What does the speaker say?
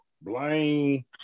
blame